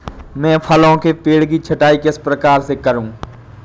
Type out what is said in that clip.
मैं फलों के पेड़ की छटाई किस प्रकार से करूं?